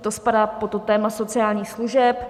To spadá pod to téma sociálních služeb.